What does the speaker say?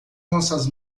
nossas